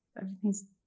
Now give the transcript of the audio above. Everything's